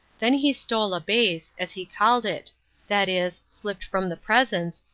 then he stole a base as he called it that is, slipped from the presence,